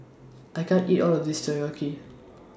I can't eat All of This Takoyaki